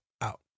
out